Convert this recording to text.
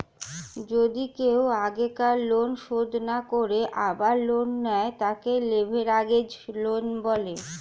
যদি কেও আগেকার লোন শোধ না করে আবার লোন নেয়, তাকে লেভেরাগেজ লোন বলে